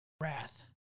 wrath